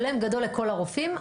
שלם וגדול לכל הרופאים.